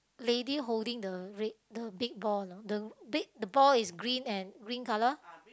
lady holding the red the big ball the big the ball is green and green colour